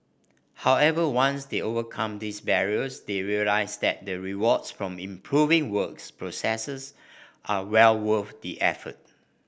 however once they overcome these barriers they realise that the rewards from improving works processes are well worth the effort